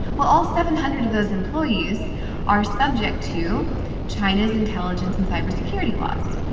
well, all seven hundred of those employees are subject to china's intelligence and cybersecurity laws,